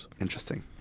Interesting